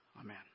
Amen